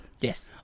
Yes